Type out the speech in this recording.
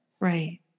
right